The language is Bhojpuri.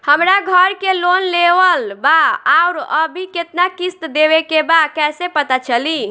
हमरा घर के लोन लेवल बा आउर अभी केतना किश्त देवे के बा कैसे पता चली?